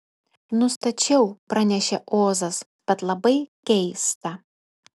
nustačiau pranešė ozas bet labai keista